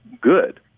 good